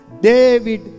David